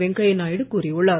வெங்கய்யா நாயுடு கூறியுள்ளார்